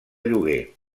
lloguer